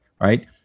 right